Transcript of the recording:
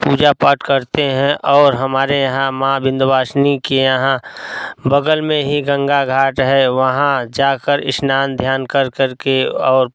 पूजा पाठ करते हैं और हमारे यहाँ माँ विंध्यवासिनी के यहाँ बगल में हीं गंगा घाट है वहाँ जाकर स्नान ध्यान कर करके और